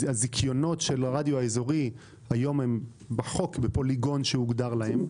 הזיכיונות של הרדיו האזורי הם היום בחוק בפוליגון שהוגדר להם,